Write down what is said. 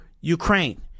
Ukraine